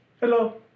Hello